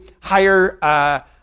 higher